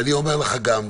ואני אומר לך גם,